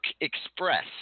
Express